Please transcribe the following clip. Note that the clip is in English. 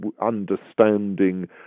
understanding